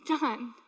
done